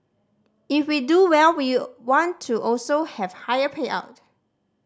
if we do well we'll want to also have higher payout